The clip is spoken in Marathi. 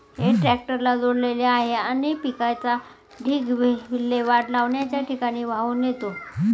हे ट्रॅक्टरला जोडलेले आहे आणि पिकाचा ढीग विल्हेवाट लावण्याच्या ठिकाणी वाहून नेतो